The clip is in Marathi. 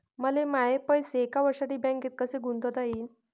मले माये पैसे एक वर्षासाठी बँकेत कसे गुंतवता येईन?